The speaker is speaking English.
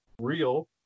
real